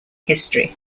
history